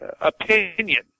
opinion